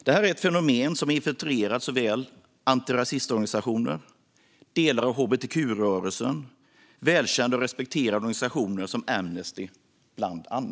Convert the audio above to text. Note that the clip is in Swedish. Detta är ett fenomen som infiltrerat såväl antirasistorganisationer som delar av hbtq-rörelsen och välkända och respekterade organisationer som Amnesty.